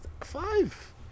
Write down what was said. five